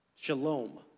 shalom